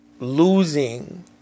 Losing